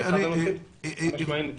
וזה אחד הנושאים --- לתעדף.